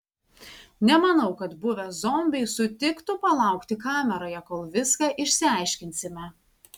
nemanau kad buvę zombiai sutiktų palaukti kameroje kol viską išsiaiškinsime